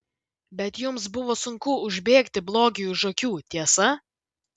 bet jums buvo sunku užbėgti blogiui už akių tiesa